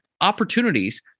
opportunities